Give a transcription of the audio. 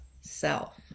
self